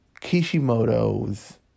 Kishimoto's